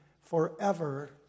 forever